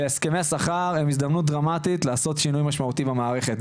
והסכמי שכר הם הזדמנות דרמטית לעשות שינוי משמעותי במערכת.